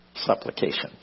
Supplication